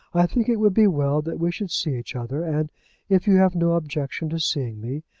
i think it would be well that we should see each other, and if you have no objection to seeing me,